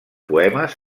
poemes